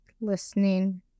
listening